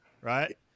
right